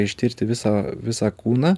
ištirti visą visą kūną